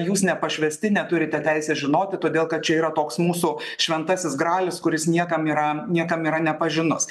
jūs nepašvesti neturite teisės žinoti todėl kad čia yra toks mūsų šventasis gralis kuris niekam yra niekam yra nepažinus